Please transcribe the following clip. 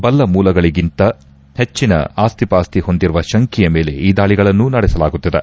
ಬಲ್ಲ ಮೂಲಗಳಿಗಿಂತ ಹೆಚ್ಚಿನ ಆಸ್ತಿ ಪಾಸ್ತಿ ಹೊಂದಿರುವ ಶಂಕೆಯ ಮೇಲೆ ಈ ದಾಳಗಳನ್ನು ನಡೆಸಲಾಗುತ್ತಿದೆ